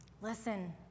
listen